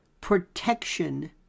protection